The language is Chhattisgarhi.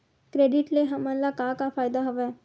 क्रेडिट ले हमन का का फ़ायदा हवय?